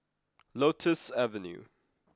Lotus Avenue